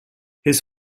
his